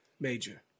Major